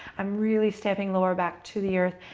i'm really stepping lower back to the earth.